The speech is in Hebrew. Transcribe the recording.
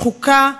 שחוקה,